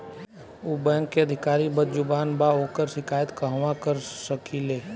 उ बैंक के अधिकारी बद्जुबान बा ओकर शिकायत कहवाँ कर सकी ले